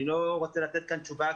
אני לא רוצה לתת כאן תשובה.